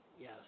Yes